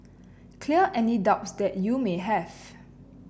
clear any doubts that you may have